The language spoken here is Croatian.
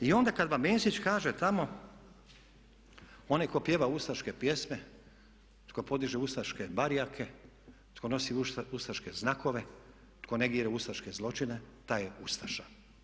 I onda kada vam Mesić kaže tamo onaj tko pjeva ustaške pjesme, tko podiže ustaške barjake, tko nosi ustaške znakove, tko negira ustaške zločine taj je ustaša.